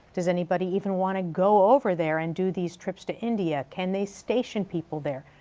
does anybody even want to go over there and do these trips to india? can they station people there?